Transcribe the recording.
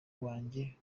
wanjye